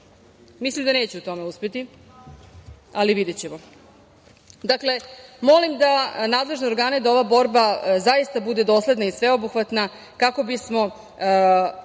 Mislim da neće u tome uspeti, ali videćemo. Dakle, molim nadležne organe da ova borba zaista bude dosledna i sveobuhvatna kako bismo